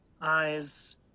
eyes